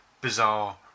bizarre